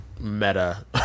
meta